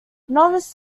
novice